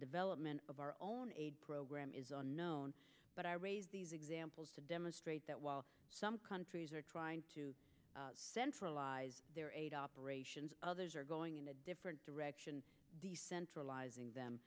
development of our own aid program is unknown but i raised these examples to demonstrate that while some countries are trying to centralize their aid operations others are going in a different direction decentralizing them